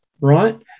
Right